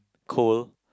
cold